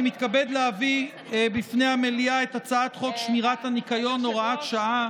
אני מתכבד להביא בפני המליאה את הצעת חוק שמירת הניקיון (הוראת שעה)